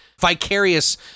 vicarious